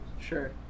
Sure